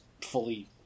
fully